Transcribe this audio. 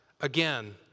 again